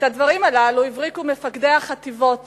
את הדברים הללו הבריקו מפקדי החטיבות